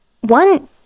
One